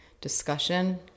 discussion